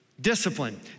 Discipline